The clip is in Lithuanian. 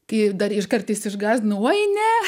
kai dar kartais išgąsdina oi ne